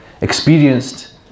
experienced